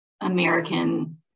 American